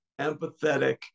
empathetic